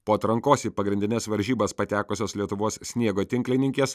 po atrankos į pagrindines varžybas patekusios lietuvos sniego tinklininkės